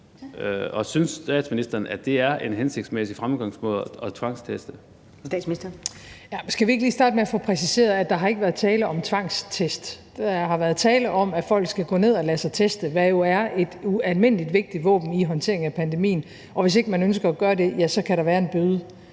13:21 Statsministeren (Mette Frederiksen): Skal vi ikke lige starte med at få præciseret, at der ikke har været tale om tvangstest. Der har været tale om, at folk skal gå ned og lade sig teste, hvad der jo er et ualmindelig vigtigt våben i håndteringen af pandemien, og hvis ikke man ønsker at gøre det, ja, så kan der være en bøde